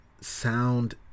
sound